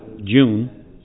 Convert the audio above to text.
June